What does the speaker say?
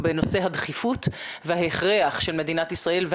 הדבר הספציפי הזה, נכון, זו